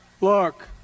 Look